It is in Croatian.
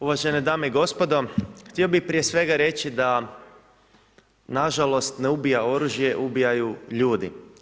Uvažene dame i gospodo, htio bi prije svega reći da nažalost ne ubija oružje, ubijaju ljudi.